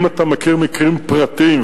אם אתה מכיר מקרים פרטיים,